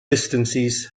distances